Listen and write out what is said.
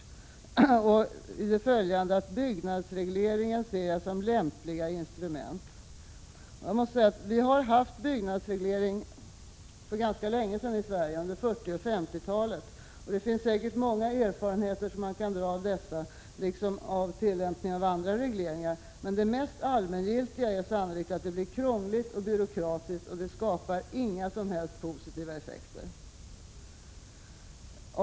Industriministern fortsätter: ”Byggregleringen—--ser jag som lämpliga instrument—---". Vi hade byggreglering i Sverige för ganska länge sedan, under 40 och 50-talen. Det finns säkert många erfarenheter som man kan dra från regleringar under dessa perioder, och även från tillämpningen av andra regleringar. Den mest allmängiltiga slutsatsen är sannolikt att det blir krångligt och byråkratiskt, och det skapar inga som helst positiva effekter.